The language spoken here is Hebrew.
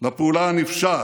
לפעולה הנפשעת,